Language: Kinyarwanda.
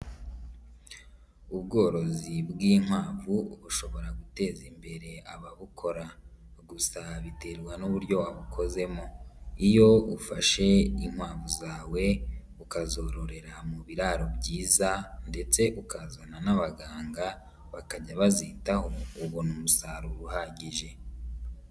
Ubworozi bw'inkwavu bushobora guteza imbere ababukora, gusa biterwa n'uburyo wabukozemo. iyo ufashe inkwavu zawe, ukazororera mu biraro byiza ndetse ukazana n'abaganga, bakajya bazitaho, ubona umusaruro uhagije.